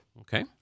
Okay